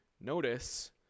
Notice